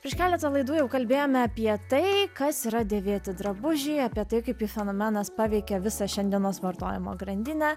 prieš keletą laidų jau kalbėjome apie tai kas yra dėvėti drabužiai apie tai kaip jų fenomenas paveikė visą šiandienos vartojimo grandinę